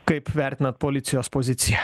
kaip vertinat policijos poziciją